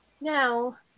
Now